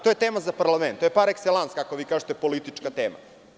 To je tema za parlament, to je parekselans, kako vi kažete, politička tema.